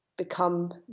become